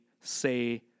say